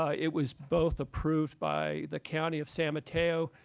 ah it was both approved by the county of san mateo.